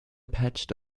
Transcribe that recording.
patched